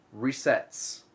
Resets